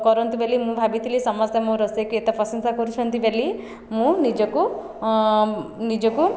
କରନ୍ତୁ ବୋଲି ମୁଁ ଭାବିଥିଲି ସମସ୍ତେ ମୋ ରୋଷେଇକୁ ଏତେ ପ୍ରଶଂସା କରୁଛନ୍ତି ବୋଲି ମୁଁ ନିଜକୁ ନିଜକୁ